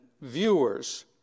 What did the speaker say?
viewers